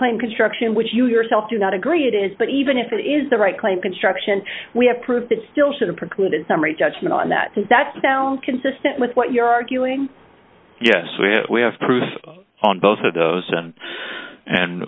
claim construction which you yourself do not agree it is but even if it is the right claim construction we have proof that still shouldn't preclude a summary judgment on that does that sound consistent with what you're arguing yes we have proof on both of those